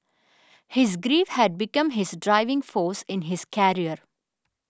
his grief had become his driving force in his career